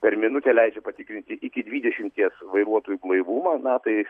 per minutę leidžia patikrinti iki dvidešimties vairuotojų blaivumą na tai